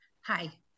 Hi